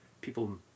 People